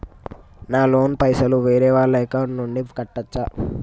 నా లోన్ పైసలు వేరే వాళ్ల అకౌంట్ నుండి కట్టచ్చా?